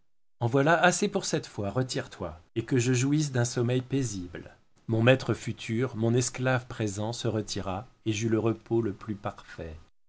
en voilà assez pour cette fois retire toi et que je jouisse d'un sommeil paisible mon maître futur mon esclave présent se retira et j'eus le repos le plus parfait